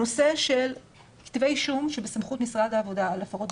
הנושא של כתבי אישום שבסמכות משרד העבודה על הפרות בטיחות,